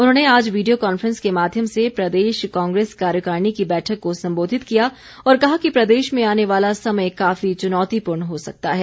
उन्होंने आज video conference के माध्यम से प्रदेश कांग्रेस कार्यकारिणी की बैठक को संबोधित किया और कहा कि प्रदेश में आने वाला समय काफी चुनौतीपूर्ण हो सकता है